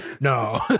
No